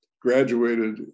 graduated